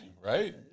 Right